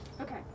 okay